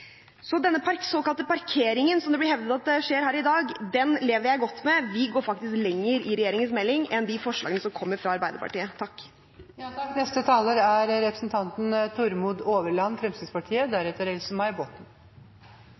Så denne såkalte parkeringen som det blir hevdet skjer her i dag, den lever jeg godt med. Vi går faktisk lenger i regjeringens melding enn de forslagene som kommer fra Arbeiderpartiet. Jeg vil berømme den jobben som er